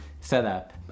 setup